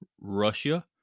Russia